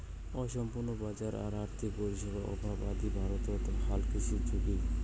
অসম্পূর্ণ বাজার আর আর্থিক পরিষেবার অভাব আদি ভারতত হালকৃষির ঝুঁকি